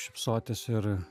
šypsotis ir